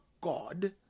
God